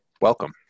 welcome